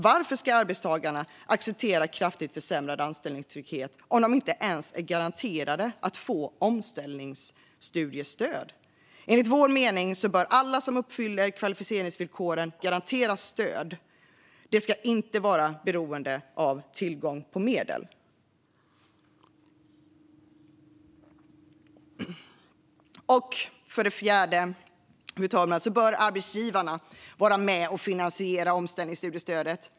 Varför ska arbetstagarna acceptera kraftigt försämrad anställningstrygghet om de inte ens är garanterade att få omställningsstudiestöd? Enligt vår mening bör alla som uppfyller kvalificeringsvillkoren garanteras stöd. Det ska inte vara beroende av tillgång på medel. För det fjärde, fru talman, bör arbetsgivarna vara med och finansiera omställningsstudiestödet.